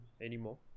anymore